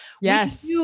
Yes